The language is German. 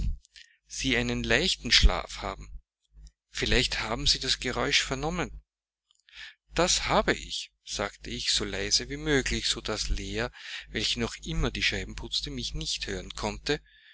sie einen leichten schlaf haben vielleicht haben sie das geräusch vernommen das habe ich sagte ich so leise wie möglich so daß leah welche noch immer die scheiben putzte mich nicht hören konnte